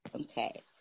Okay